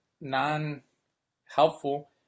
non-helpful